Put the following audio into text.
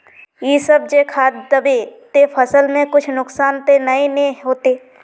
इ सब जे खाद दबे ते फसल में कुछ नुकसान ते नय ने होते